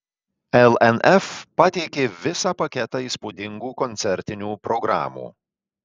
lnf pateikė visą paketą įspūdingų koncertinių programų